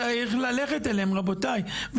צריך ללכת אליהם רבותיי.